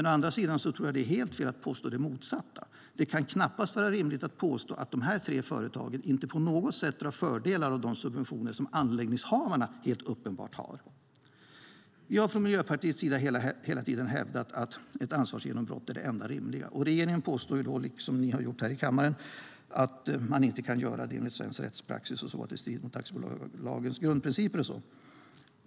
Å andra sidan tror jag att det är helt fel att påstå det motsatta. Det kan knappast vara rimligt att påstå att de tre företagen inte på något sätt drar fördelar av de subventioner som anläggningshavarna helt uppenbart har. Vi från Miljöpartiets sida har hela tiden hävdat att ett ansvarsgenombrott är det enda rimliga. Regeringen påstår, liksom ni har gjort i kammaren, att man inte kan göra det med svensk rättspraxis, att det strider mot aktiebolagslagens grundprinciper.